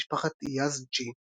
בן משפחת יאזג'י,